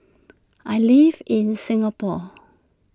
I live in Singapore